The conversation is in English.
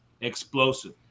explosive